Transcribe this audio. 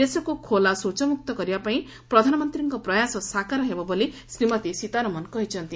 ଦେଶକୁ ଖୋଲା ଶୌଚମୁକ୍ତ କରିବା ପାଇଁ ପ୍ରଧାନମନ୍ତୀଙ୍କ ପ୍ରୟାସ ସାକାର ହେବ ବୋଲି ଶ୍ରୀମତୀ ସୀତାରମଣ କହିଛନ୍ତି